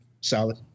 Solid